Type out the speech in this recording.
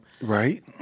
Right